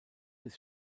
bis